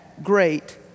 great